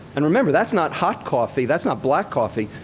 and remember, that's not hot coffee. that's not black coffee.